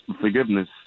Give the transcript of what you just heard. forgiveness